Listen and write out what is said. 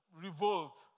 revolt